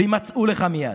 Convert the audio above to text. ויימצאו לך מייד".